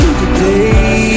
today